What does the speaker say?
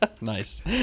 Nice